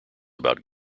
about